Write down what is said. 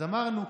אז אמרנו,